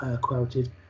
quoted